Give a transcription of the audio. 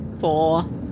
four